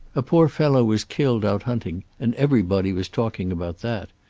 a poor fellow was killed out hunting and everybody was talking about that.